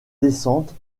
descente